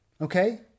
okay